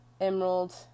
emerald